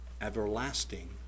Everlasting